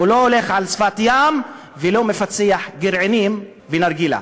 הוא לא הולך לשפת הים ולא מפצח גרעינים ונרגילה.